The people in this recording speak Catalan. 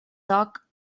toc